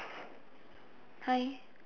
hi